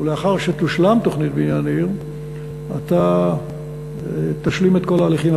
ולאחר שתושלם תוכנית בניין עיר אתה תשלים את כל ההליכים,